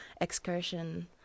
excursion